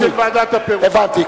הבנתי.